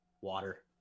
water